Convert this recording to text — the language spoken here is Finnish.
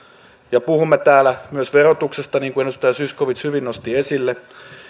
ja puhumme täällä myös verotuksesta jonka edustaja zyskowicz hyvin nosti esille